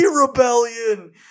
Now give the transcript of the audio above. Rebellion